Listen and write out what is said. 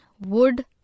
wood